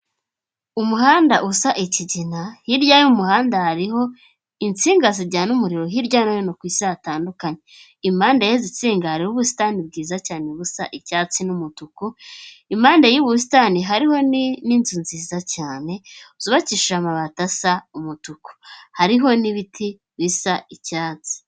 Umuhanda usa ikigina, hirya y'umuhanda hariho insinga zijyana umuriro hirya no hino ku isi hatandukanye. Impande y'izi tsinga, hariho ubusitani bwiza cyane busa icyatsi n'umutuku, impande y'ubu busitani hariho ninzu nziza cyane, zubakishije amabati asa umutuku. Hariho n'ibiti bisa icyatsi.